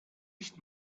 nicht